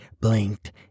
blinked